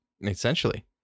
Essentially